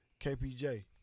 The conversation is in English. KPJ